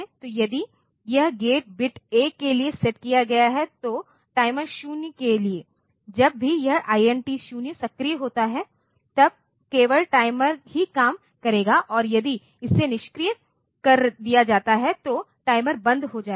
तो यदि यह गेट बिट 1 के लिए सेट किया गया है तो टाइमर 0 के लिए जब भी यह INT 0 सक्रिय होता है तब केवल टाइमर ही काम करेगा और यदि इसे निष्क्रिय कर दिया जाता है तो टाइमर बंद हो जाएगा